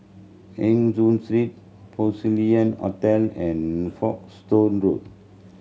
Eng Hoon Street Porcelain Hotel and Folkestone Road